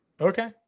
okay